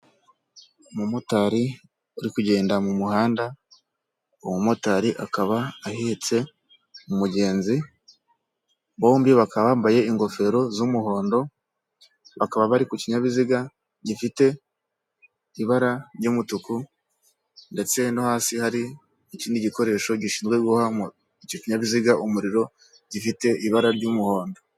Umumotari uri kugenda mu muhanda, umumotari akaba ahetse umugenzi, bombi bakaba bambaye ingofero z'umuhondo, bakaba bari ku kinyabiziga gifite ibara ry'umutuku ndetse no hasi hari ikindi gikoresho gishinzwe guha icyo kinyabiziga umuriro gifite ibara ry'umuhondo.